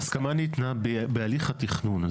ההסכמה ניתנה בהליך התכנון.